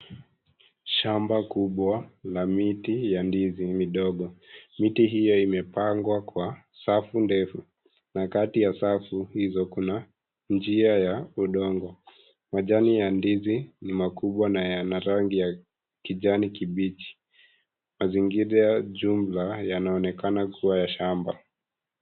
Shamba kubwa la miti ya ndizi midogo. Miti hiyo imepangwa kwa safu ndefu na kati ya safu hizo kuna njia ya undongo. Majani ya ndizi ni makubwa na yana rangi ya kiajni kibichi. Maingira jumla yanaonekana kuwa ya shamba